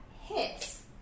hits